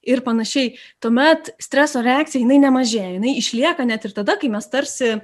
ir panašiai tuomet streso reakcija jinai nemažėja jinai išlieka net ir tada kai mes tarsi